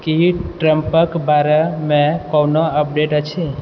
की ट्रम्पक बारेमे कओनो अपडेट अछि